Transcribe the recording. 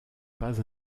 pas